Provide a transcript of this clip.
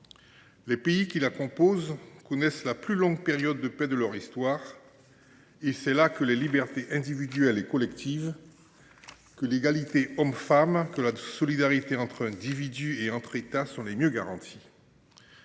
les pays qui la composent connaissent la plus longue période de paix de leur histoire. C’est aussi là que les libertés individuelles et collectives, que l’égalité entre les hommes et les femmes, que la solidarité entre individus et entre États sont les mieux garanties.